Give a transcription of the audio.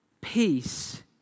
peace